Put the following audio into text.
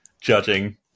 judging